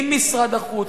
עם משרד החוץ.